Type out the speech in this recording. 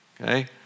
Okay